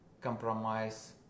compromise